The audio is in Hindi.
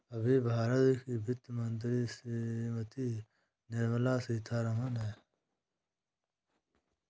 अभी भारत की वित्त मंत्री श्रीमती निर्मला सीथारमन हैं